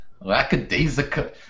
Lackadaisical